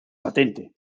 patente